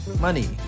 money